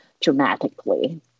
dramatically